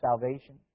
salvation